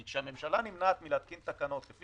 כי כשהממשלה נמנעת מהתקנת תקנות כפי